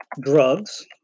drugs